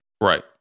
Right